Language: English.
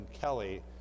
Kelly